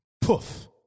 poof